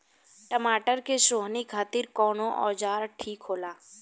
टमाटर के सोहनी खातिर कौन औजार ठीक होला?